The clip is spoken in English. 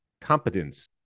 competence